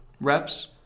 reps